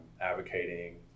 advocating